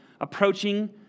approaching